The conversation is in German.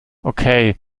okay